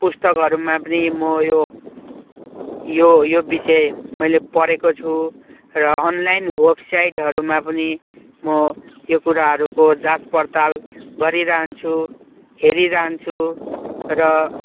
पुस्तकहरूमा पनि म यो यो विषय मैले पढेको छु र अनलाइन वेबसाइटहरूमा पनि म यो कुराहरूको जाँच पर्ताल गरिरहन्छु हेरिरहन्छु र